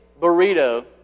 burrito